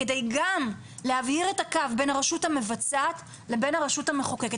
כדי גם להבהיר את הקו בין הרשות המבצעת לבין הרשות המחוקקת.